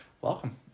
Welcome